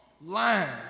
lines